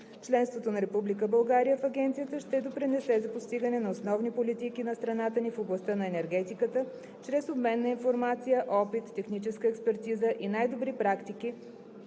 Членството на Република България в Агенцията ще допринесе за постигането на основни политики на страната ни в областта на енергетиката чрез обмен на информация, опит, техническа експертиза и най-добри практики,